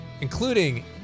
including